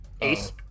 Ace